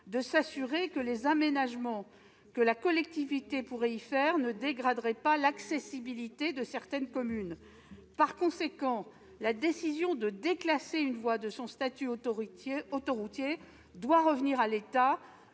de s'assurer que les aménagements que la collectivité pourrait y faire ne dégraderaient pas l'accessibilité de certaines communes. Par conséquent, la décision de déclasser une voie de son statut autoroutier doit revenir à l'État,